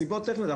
מסיבות טכניות.